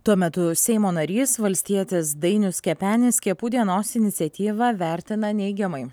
tuo metu seimo narys valstietis dainius kepenis skiepų dienos iniciatyvą vertina neigiamai